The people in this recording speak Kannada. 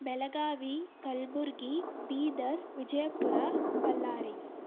ಬೆಳಗಾವಿ ಕಲಬುರ್ಗಿ ಬೀದರ್ ವಿಜಯಪುರ ಬಳ್ಳಾರಿ